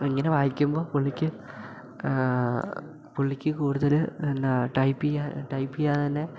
ഇങ്ങനെ വായിക്കുമ്പോൾ പുള്ളിക്ക് പുള്ളിക്ക് കൂടുതൽ എന്ന ടൈപ്പ് ചെയ്യാ ടൈപ്പ് ചെയ്യാതെ തന്നെ